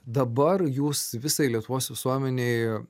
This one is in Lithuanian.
dabar jūs visai lietuvos visuomenei